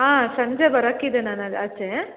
ಹಾಂ ಸಂಜೆ ಬರಕ್ಕೆ ಇದೆ ನಾನು ಅಲ್ಲಿ ಆಚೆ